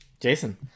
Jason